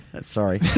Sorry